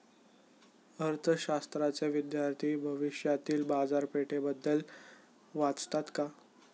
अर्थशास्त्राचे विद्यार्थी भविष्यातील बाजारपेठेबद्दल वाचतात का?